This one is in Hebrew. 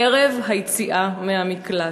ערב היציאה מן המקלט.